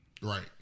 right